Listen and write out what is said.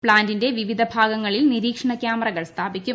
പ്ലാന്റിന്റ വിവിധ ഭാഗങ്ങളിൽ നിരീക്ഷണ ക്യാമറകൾ സ്ഥാപിക്കും